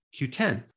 Q10